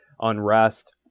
unrest